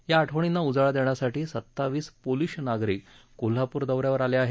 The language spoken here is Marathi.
या आठवणींना उजाळा देण्यासाठी सत्तावीस पोलीश नागरिक कोल्हापूर दौऱ्यावर आले आहेत